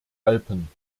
alpen